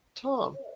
Tom